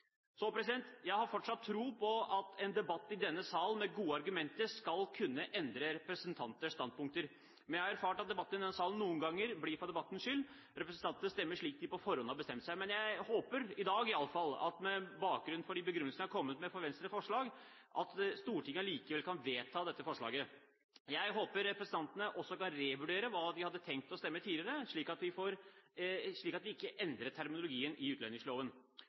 Jeg har fortsatt tro på at en debatt i denne salen med gode argumenter skal kunne endre representanters standpunkter. Men jeg har erfart at debatter i salen noen ganger blir holdt for debattens skyld – representantene stemmer slik de på forhånd har bestemt seg. Men jeg håper, i dag i alle fall, at med bakgrunn i de begrunnelsene jeg har kommet med for Venstres forslag, at Stortinget allikevel kan vedta dette forslaget. Jeg håper representantene også kan revurdere hva de tidligere hadde tenkt å stemme, slik at vi ikke endrer terminologien i utlendingsloven.